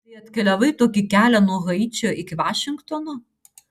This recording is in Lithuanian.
tai atkeliavai tokį kelią nuo haičio iki vašingtono